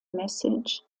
message